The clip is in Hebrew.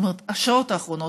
השעות האחרונות,